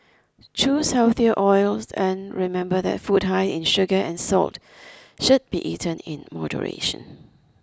choose healthier oils and remember that food high in sugar and salt should be eaten in moderation